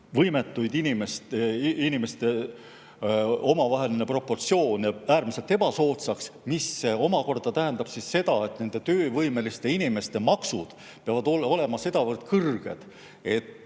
töövõimetute inimeste omavaheline proportsioon [muutub] äärmiselt ebasoodsaks, mis omakorda tähendab, et töövõimeliste inimeste maksud peavad olema sedavõrd kõrged, et